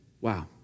Wow